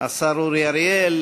השר אורי אריאל.